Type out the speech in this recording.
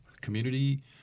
community